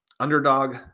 Underdog